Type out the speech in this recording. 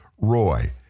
Roy